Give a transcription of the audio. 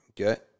Okay